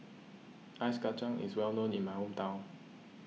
Ice Kachang is well known in my hometown